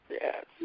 yes